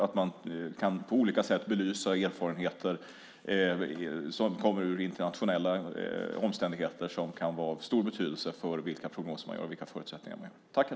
Då kan man på olika sätt belysa internationella erfarenheter som kan vara av stor betydelse för vilka prognoser som man gör.